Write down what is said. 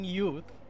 youth